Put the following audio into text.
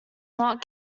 not